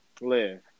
Live